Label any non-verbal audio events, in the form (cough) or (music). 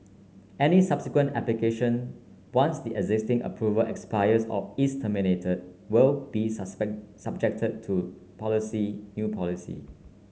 any subsequent application once the existing approval expires or is terminated will be (unintelligible) subjected to policy new policy